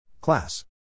Class